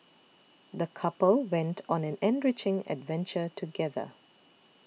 the couple went on an enriching adventure together